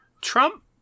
Trump